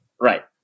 Right